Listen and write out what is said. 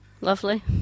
Lovely